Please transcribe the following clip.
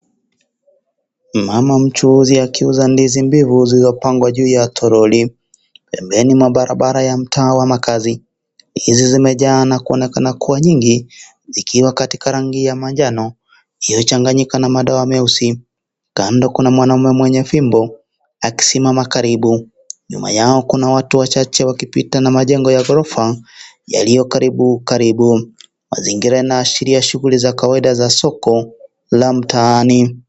Mama mchuzi akiuza ndizi mbivu zilizopangwa juu ya troli pembeni mwa barabara ya mtaa wa makazi. Ndizi zimejaa na kuonekana kuwa nyingi zikiwa katika rangi ya manjano iliyochanganyika na madoa meusi . Kando kuna mwanaume mwenye fimbo akisimama karibu. Nyuma yao kuna watu wachache wakipita na majengo ya ghorofa yaliyo karibu karibu . Mazingira yanaashiria shughuli za kawaida za soko la mtaani.